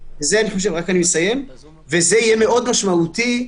זה יהיה משמעותי מאוד,